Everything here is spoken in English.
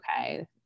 okay